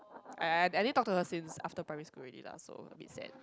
I I I didn't talk to her since after primary school already lah so a bit sad